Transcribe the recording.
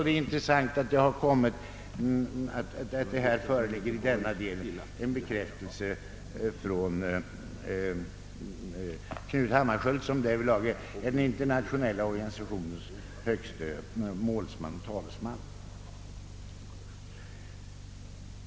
Det är intressant att en bekräftelse härpå har kommit från Knut Hammarskjöld, som är den internationella organisationens högste talesman.